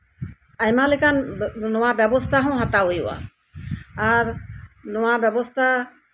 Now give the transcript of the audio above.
ᱟᱭᱢᱟ ᱞᱮᱠᱟᱱ ᱱᱚᱣᱟ ᱵᱮᱵᱚᱥᱛᱷᱟ ᱦᱚᱸ ᱦᱟᱛᱟᱣ ᱦᱩᱭᱩᱜᱼᱟ ᱟᱨ ᱱᱚᱣᱟ ᱵᱮᱵᱚᱥᱛᱷᱟ